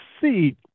see